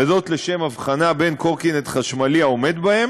לשם הבחנה בין קורקינט חשמלי העומד בהם